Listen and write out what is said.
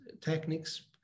techniques